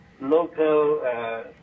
local